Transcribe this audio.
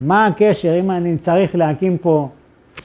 מה הקשר? אם אני צריך להקים פה...